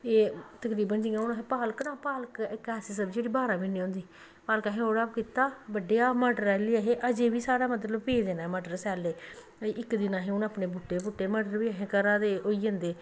एह् तकरीबन जि'यां हून पालक ना पालक इक ऐसी सब्जी जेह्ड़ी बारां म्हीने होंदी पालक असें ओह्कड़ा कीता बड्डेआ मटर आह्ली अजें बी साढ़ै मतलब पेदे न मटर सैल्ले इक दिन असें अपने हून बूह्टे पुट्टे मटर बी असें अपने घरा दे होई जंदे